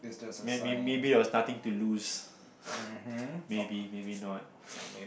may~ maybe that was nothing to lose maybe maybe not